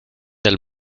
del